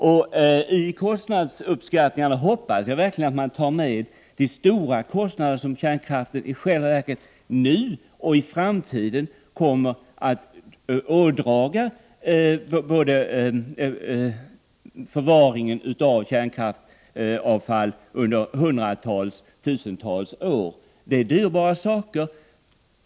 Jag hoppas verkligen att man i kostnadsuppskattningarna tar med de stora kostnader som kärnkraften i själva verket nu och i framtiden medför när det gäller förvaring av kärnkraftsavfall under hundratals och tusentals år. Det är dyrbara saker.